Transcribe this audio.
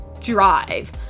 drive